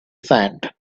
sand